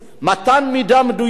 מתן מידע מדויק,